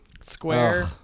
Square